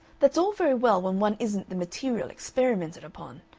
that's all very well when one isn't the material experimented upon,